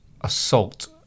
assault